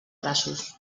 braços